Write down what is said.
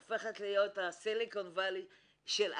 הופכת להיות עמק הסיליקון של אפריקה.